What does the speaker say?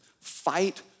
Fight